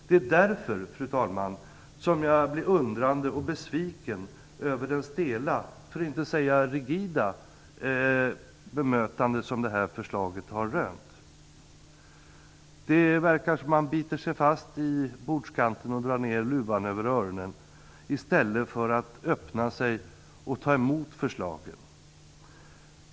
Det är mot den bakgrunden, fru talman, som jag är undrande och besviken över det stela för att inte säga rigida bemötande som detta förslag har fått. Det verkar som om man biter sig fast vid bordskanten och drar ned luvan över öronen i stället för att öppna sig och ta emot förslaget.